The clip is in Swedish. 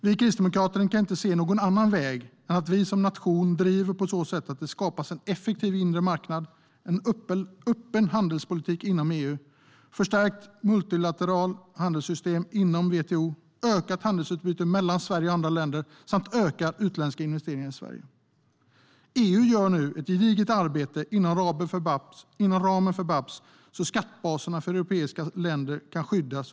Vi kristdemokrater kan inte se någon annan väg än att vi som nation driver på så att det skapas en effektiv inre marknad, en öppen handelspolitik inom EU, ett förstärkt multilateralt handelssystem inom WTO och ett ökat handelsutbyte mellan Sverige och andra länder samt att utländska investeringar i Sverige ökar. EU gör nu ett gediget arbete inom ramen för BEPS, så att skattebaserna för europeiska länder kan skyddas.